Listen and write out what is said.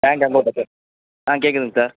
sir ஆ கேட்குதுங்க sir